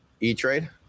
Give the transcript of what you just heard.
E-Trade